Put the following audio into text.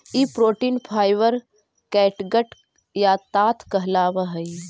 ई protein fibre catgut या ताँत कहलावऽ हई